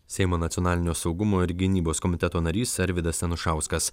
seimo nacionalinio saugumo ir gynybos komiteto narys arvydas anušauskas